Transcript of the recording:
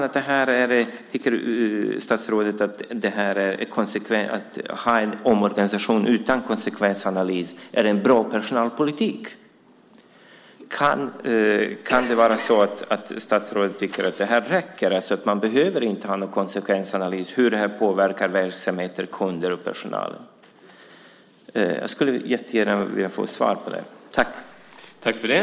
Tycker statsrådet att omorganisation utan konsekvensanalys är en bra personalpolitik? Kan det vara så att statsrådet tycker att det här räcker och att man alltså inte behöver ha någon konsekvensanalys av hur det här påverkar verksamheter, kunder och personal? Jag skulle jättegärna vilja få ett svar på det.